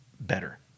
better